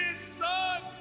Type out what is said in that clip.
son